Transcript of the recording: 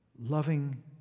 loving